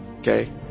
okay